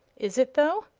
is it though?